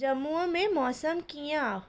जम्मूअ में मौसमु कीअं आहे